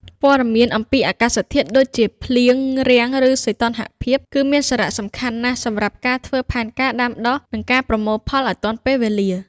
ព័ត៌មានអំពី អាកាសធាតុ ដូចជាភ្លៀង រាំង ឬសីតុណ្ហភាព គឺមានសារៈសំខាន់ណាស់សម្រាប់ការធ្វើផែនការដាំដុះ និងការប្រមូលផលឱ្យទាន់ពេលវេលា។